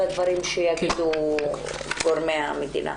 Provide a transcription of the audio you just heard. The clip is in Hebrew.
יתייחסו גם לדברים שיגידו גורמי המדינה.